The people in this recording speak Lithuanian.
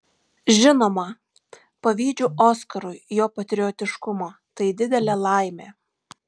žinoma pavydžiu oskarui jo patriotiškumo tai didelė laimė